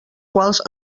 quals